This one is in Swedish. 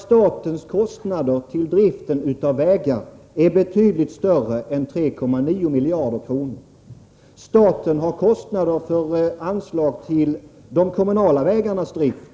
Statens kostnader för drift av vägarna är nämligen betydligt större än 3,9 miljarder. Staten har kostnader för anslag till de kommunala vägarnas drift.